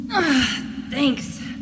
Thanks